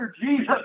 Jesus